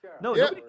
No